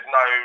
no